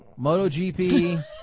MotoGP